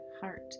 heart